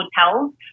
hotels